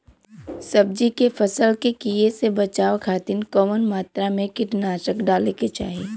सब्जी के फसल के कियेसे बचाव खातिन कवन मात्रा में कीटनाशक डाले के चाही?